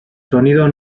sonido